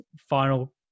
final